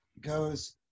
goes